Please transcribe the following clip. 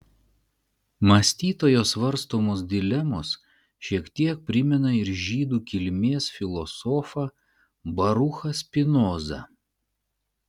mąstytojo svarstomos dilemos šiek tiek primena ir žydų kilmės filosofą baruchą spinozą